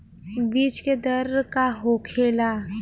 बीज के दर का होखेला?